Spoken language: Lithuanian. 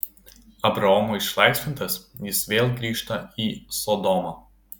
abraomo išlaisvintas jis vėl grįžta į sodomą